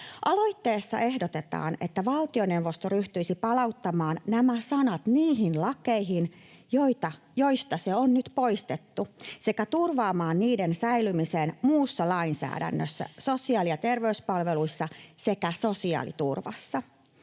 Aloitteessa ehdotetaan, että valtioneuvosto ryhtyisi palauttamaan nämä sanat niihin lakeihin, joista ne on nyt poistettu, sekä turvaamaan niiden säilymisen muussa lainsäädännössä sosiaali- ja terveyspalveluissa sekä sosiaaliturvassa.